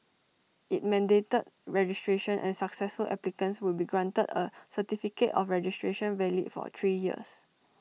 IT mandated registration and successful applicants would be granted A certificate of registration valid for three years